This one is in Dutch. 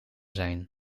zijn